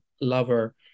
lover